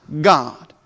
God